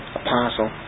apostle